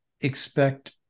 expect